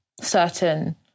certain